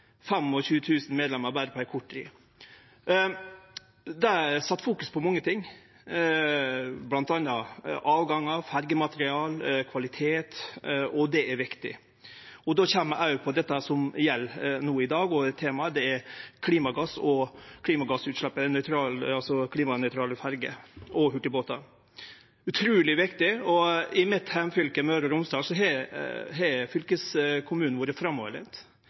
på ei kort tid. Det sette fokus på mange ting, bl.a. avgangar, ferjemateriell, kvalitet, og det er viktig. Då kjem eg òg inn på det som er tema no i dag, og det er klimagassutslepp og klimanøytrale ferjer og hurtigbåtar. Det er utruleg viktig, og i mitt heimfylke, Møre og Romsdal, har fylkeskommunen vore framoverlent. Dei har